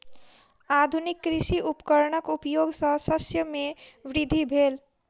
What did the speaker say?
आधुनिक कृषि उपकरणक उपयोग सॅ शस्य मे वृद्धि भेल